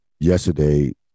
yesterday